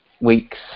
weeks